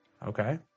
Okay